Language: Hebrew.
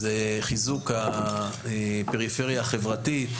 זה חיזוק הפריפריה החברתית,